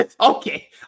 Okay